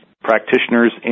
practitioners